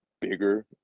bigger